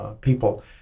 people